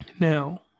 Now